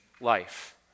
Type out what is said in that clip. life